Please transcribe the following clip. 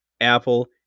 Apple